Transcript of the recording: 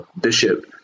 bishop